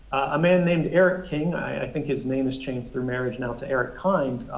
a man named eric king. i think his name is changed, through marriage, now to eric kind,